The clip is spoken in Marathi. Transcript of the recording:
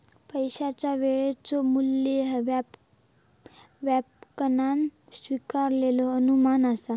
पैशाचा वेळेचो मू्ल्य ह्या व्यापकपणान स्वीकारलेलो अनुमान असा